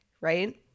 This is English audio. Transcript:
right